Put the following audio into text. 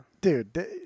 Dude